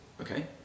okay